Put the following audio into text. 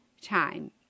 time